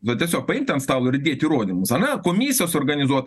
va tiesiog paimti ant stalo ir dėt įrodymus ane komisijos organizuot